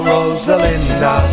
Rosalinda